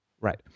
Right